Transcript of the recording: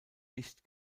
nicht